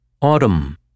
Autumn